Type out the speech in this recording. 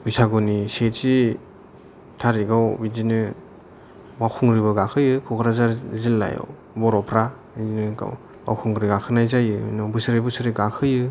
बैसागुनि सेथि थारिखआव बिदिनो बावखुंग्रिबो गाखोयो क'क्राझार जिल्लायाव बर'फ्रा बिदिनो गाव बावखुंग्रि गाखोनाय जायो उनाव बोसोरे बोसोरे गाखोयो